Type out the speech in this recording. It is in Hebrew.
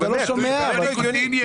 תלוי כמה ניקוטין יש.